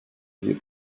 bir